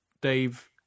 Dave